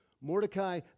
Mordecai